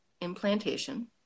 implantation